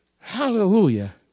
Hallelujah